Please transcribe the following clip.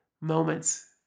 moments